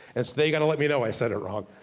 and so they gotta let me know i said it wrong.